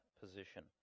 position